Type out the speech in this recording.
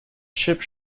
chip